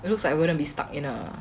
it looks like we gonna be stuck in a